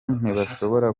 ntibashobora